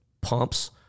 pumps